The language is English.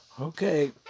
Okay